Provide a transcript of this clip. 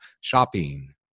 shopping